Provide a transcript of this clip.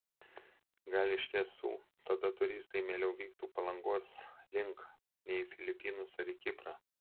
gal iš tiesų tada turistai mieliau vyktų palangos link nei į filipinus ar į kiprą